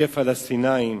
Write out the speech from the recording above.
על-ידי פלסטינים,